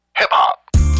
hip-hop